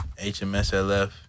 HMSLF